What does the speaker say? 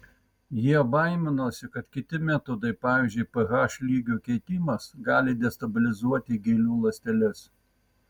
jie baiminosi kad kiti metodai pavyzdžiui ph lygio keitimas gali destabilizuoti gėlių ląsteles